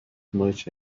much